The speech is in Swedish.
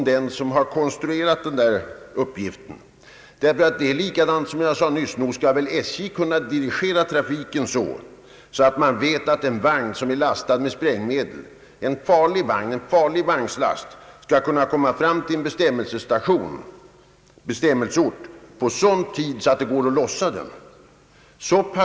Detta måste vara ett svepskäl. Som jag nyss sade: Nog skall SJ kunna dirigera trafiken så att en vagn, som man vet är lastad med sprängmedel, en farlig vagnslast alltså, kan komma fram till sin bestämmelsestation när det går att lossa den utan onödigt dröjsmål.